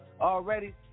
already